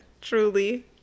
truly